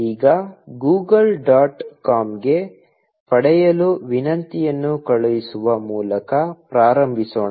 ಈಗ Google dot ಕಾಮ್ಗೆ ಪಡೆಯಲು ವಿನಂತಿಯನ್ನು ಕಳುಹಿಸುವ ಮೂಲಕ ಪ್ರಾರಂಭಿಸೋಣ